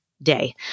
day